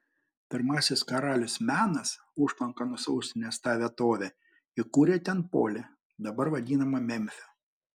pirmasis karalius menas užtvanka nusausinęs tą vietovę įkūrė ten polį dabar vadinamą memfiu